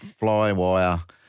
flywire